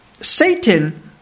Satan